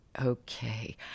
Okay